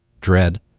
dread